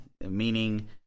meaning